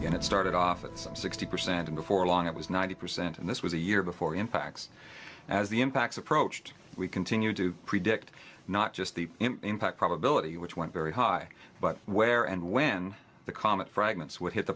and it started off at some sixty percent and before long it was ninety percent and this was a year before impacts as the impacts approached we continued to predict not just the impact probability which went very high but where and when the comet fragments would hit the